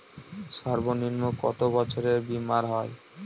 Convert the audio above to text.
সর্বনিম্ন কত বছরের বীমার হয়?